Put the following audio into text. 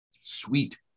sweet